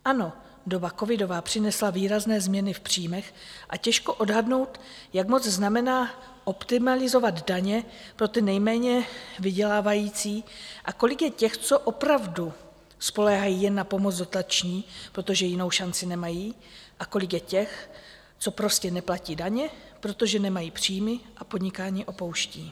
Ano, doba covidová přinesla výrazné změny v příjmech a těžko odhadnout, jak moc znamená optimalizovat daně pro ty nejméně vydělávající a kolik je těch, co opravdu spoléhají jen na pomoc dotační, protože jinou šanci nemají, a kolik je těch, co prostě neplatí daně, protože nemají příjmy a podnikání opouštějí.